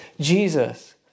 Jesus